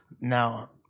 Now